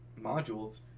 modules